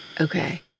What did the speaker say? Okay